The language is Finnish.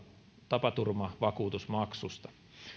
tapaturmavakuutusmaksusta